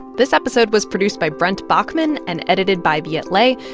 this episode was produced by brent baughman and edited by viet le,